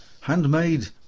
Handmade